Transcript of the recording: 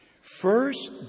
First